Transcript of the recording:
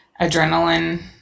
adrenaline